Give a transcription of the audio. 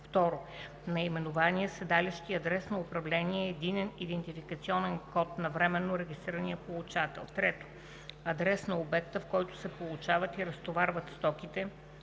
2. наименование, седалище и адрес на управление, единен идентификационен код на временно регистрирания получател; 3. адрес на обекта, в който се получават и разтоварват стоките;